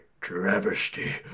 travesty